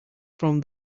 from